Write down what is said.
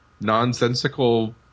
nonsensical